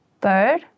Bird